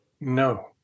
No